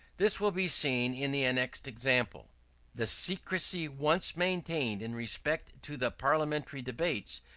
this will be seen in the annexed example the secrecy once maintained in respect to the parliamentary debates,